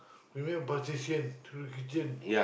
you make a partition to the kitchen